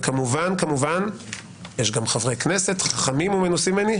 וכמובן כמובן יש גם חברי כנסת חכמים ומנוסים ממני,